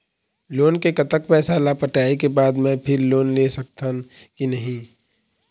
Loan के कतक पैसा ला पटाए के बाद मैं फिर लोन ले सकथन कि नहीं?